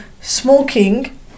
smoking